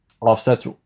offsets